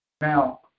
Now